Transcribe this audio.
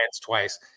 twice